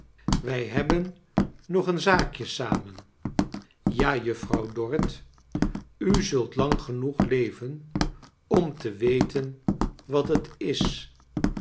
wij hebben nog een zaakje samen ja juffrouw dorrit u zult lang genoeg leven om te weten wat het is